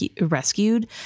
rescued